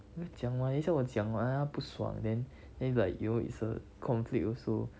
要讲吗等下我讲完他不爽 then then it's like you know it's a conflict also